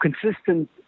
consistent